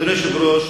אדוני היושב-ראש,